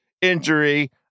injury